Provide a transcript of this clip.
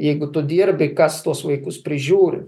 jeigu tu dirbi kas tuos vaikus prižiūri